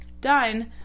done